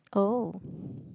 oh